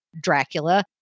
Dracula